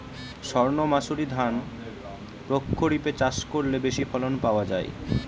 সর্ণমাসুরি ধান প্রক্ষরিপে চাষ করলে বেশি ফলন পাওয়া যায়?